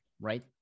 right